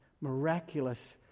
miraculous